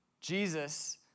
Jesus